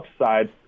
upside